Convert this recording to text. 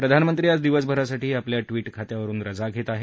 प्रधानमंत्री आज दिवसभरासाठी आपल्या ट्विट खात्यावरुन रजा घेत आहेत